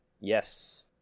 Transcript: Yes